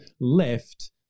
left